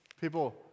People